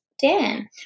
Dan